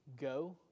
go